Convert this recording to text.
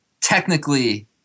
technically